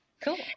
Cool